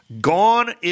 gone